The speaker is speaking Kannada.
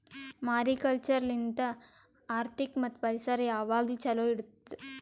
ಮಾರಿಕಲ್ಚರ್ ಲಿಂತ್ ಆರ್ಥಿಕ ಮತ್ತ್ ಪರಿಸರ ಯಾವಾಗ್ಲೂ ಛಲೋ ಇಡತ್ತುದ್